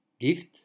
gift